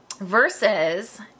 Versus